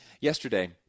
yesterday